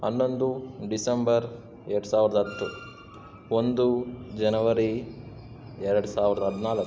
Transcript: ಹನ್ನೊಂದು ಡಿಸಂಬರ್ ಎರಡು ಸಾವಿರದ ಹತ್ತು ಒಂದು ಜನವರಿ ಎರಡು ಸಾವಿರದ ಹದಿನಾಲ್ಕು